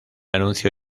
anuncio